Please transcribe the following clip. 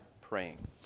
praying